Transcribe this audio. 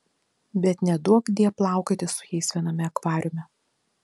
bet neduokdie plaukioti su jais viename akvariume